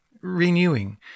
renewing